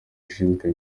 ushinzwe